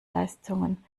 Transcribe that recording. leistungen